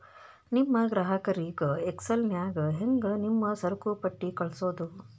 ನಿಮ್ ಗ್ರಾಹಕರಿಗರ ಎಕ್ಸೆಲ್ ನ್ಯಾಗ ಹೆಂಗ್ ನಿಮ್ಮ ಸರಕುಪಟ್ಟಿ ಕಳ್ಸೋದು?